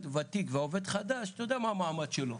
ותיק ועובד חדש - אתה יודע מה המעמד שלו.